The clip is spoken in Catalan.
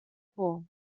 por